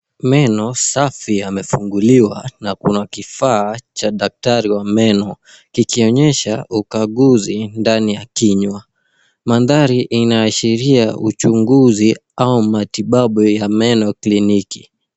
Meno safi yamefunguliwa na kuna kifaa cha daktari wa meno kikionyesha ukaguzi ndani ya kinywa. Mandhari inaashiria uchunguzi au matibabu ya meno kliniki.